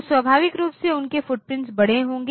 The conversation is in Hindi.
तो स्वाभाविक रूप से उनके फुटप्रिंट बड़े होंगे